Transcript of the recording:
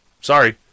Sorry